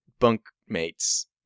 bunkmate's